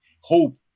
hope